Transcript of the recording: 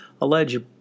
alleged